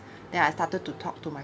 then I started to talk to my